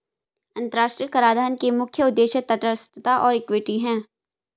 अंतर्राष्ट्रीय कराधान के मुख्य उद्देश्य तटस्थता और इक्विटी हैं